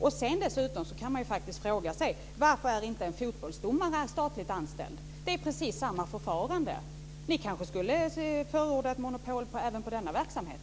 Man kan dessutom fråga sig varför inte en fotbollsdomare är statligt anställd. Det är precis samma förfarande. Ni kanske skulle förorda ett monopol även på denna verksamhet.